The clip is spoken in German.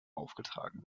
aufgetragen